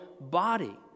body